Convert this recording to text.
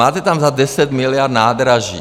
Máte tam za 10 miliard nádraží.